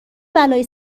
بلایی